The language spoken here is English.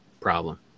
problem